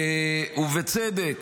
בצדק